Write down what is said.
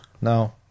No